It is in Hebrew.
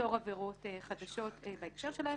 ליצור עבירות חדשות בהקשר שלהן.